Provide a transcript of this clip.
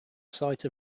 site